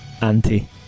anti